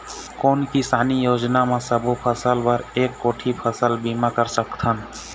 कोन किसानी योजना म सबों फ़सल बर एक कोठी फ़सल बीमा कर सकथन?